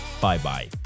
Bye-bye